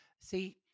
See